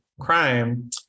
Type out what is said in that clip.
crime